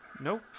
Nope